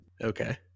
Okay